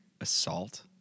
assault